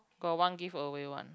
got one give away one